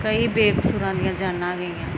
ਕਈ ਬੇਕਸੂਰਾਂ ਦੀਆਂ ਜਾਨਾਂ ਗਈਆਂ